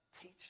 teach